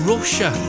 Russia